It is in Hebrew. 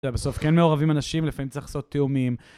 אתה יודע בסוף כן מעורבים אנשים, לפעמים צריך לעשות תיאומים.